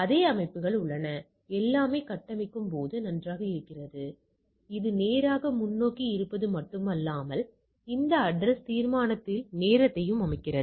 அதே அமைப்புகள் உள்ளன எல்லாமே கட்டமைக்கும்போது நன்றாக இருக்கிறது அது நேராக முன்னோக்கி இருப்பது மட்டுமல்லாமல் இந்த அட்ரஸ் தீர்மானத்தில் நேரத்தையும் அமைக்கிறது